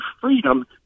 freedom